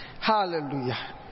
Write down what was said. Hallelujah